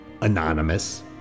anonymous